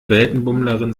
weltenbummlerin